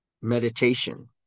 meditation